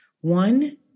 One